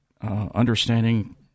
understanding